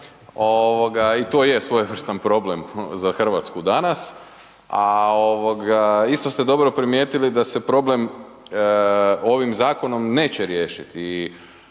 i to je svojevrstan problem za RH danas, a ovoga isto ste dobro primijetili da se problem ovim zakonom neće riješiti